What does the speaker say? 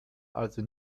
also